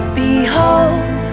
behold